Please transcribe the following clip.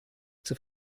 zur